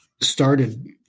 started